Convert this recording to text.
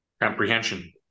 Comprehension